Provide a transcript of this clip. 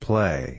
Play